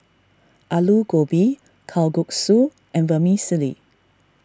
Alu Gobi Kalguksu and Vermicelli